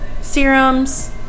serums